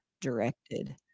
directed